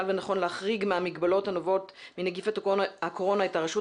ונכון להחריג מהמגבלות הנובעות מנגיף הקורונה את הרשות